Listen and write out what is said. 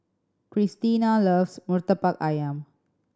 Christena loves Murtabak Ayam